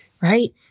right